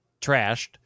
trashed